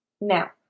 Now